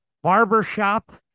barbershop